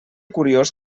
curiós